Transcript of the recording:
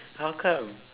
how come